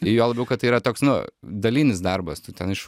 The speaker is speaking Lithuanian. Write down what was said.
juo labiau kad tai yra toks nu dalinis darbas tu ten iš